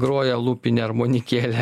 groja lūpine armonikėle